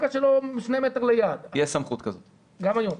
גם היום.